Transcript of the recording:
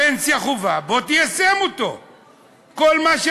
תארו לעצמכם כמה חיסכון בדמי ניהול אנחנו עושים.